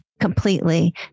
completely